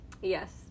Yes